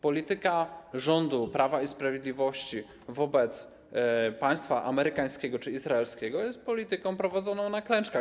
Polityka rządu Prawa i Sprawiedliwości wobec państwa amerykańskiego czy izraelskiego jest polityką prowadzoną na klęczkach.